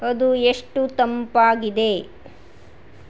ಅದು ಎಷ್ಟು ತಂಪಾಗಿದೆ